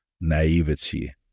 naivety